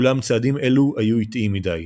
אולם צעדים אלו היו איטיים מדי,